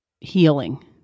healing